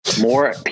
More